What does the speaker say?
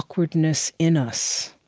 awkwardness in us.